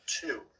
two